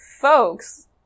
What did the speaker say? folks